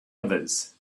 others